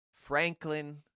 Franklin